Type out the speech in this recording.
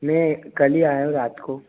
मैं कल ही आया हूँ रात को